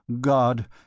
God